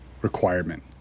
requirement